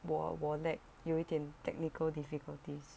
我我 lag 有一点 technical difficulties